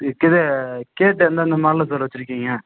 இது கேட்டு எந்தெந்த மாடலில் சார் வச்சுருக்கிங்க